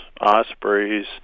ospreys